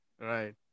Right